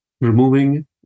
removing